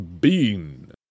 bean